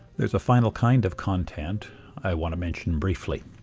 there's a final kind of content i want to mention briefly.